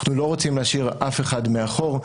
אנחנו לא רוצים להשאיר אף אחד מאחור,